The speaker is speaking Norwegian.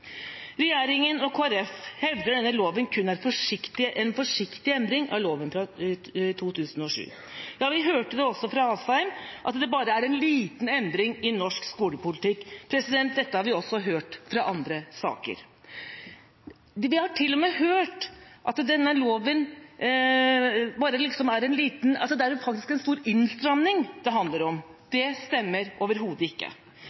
Regjeringa og Kristelig Folkeparti hevder at denne loven kun er en forsiktig endring av loven fra 2007. Vi hørte også fra Asheim at det bare er en liten endring i norsk skolepolitikk. Dette har vi også hørt i andre saker. Vi har til og med hørt at det er en stor innstramning dette handler om. Det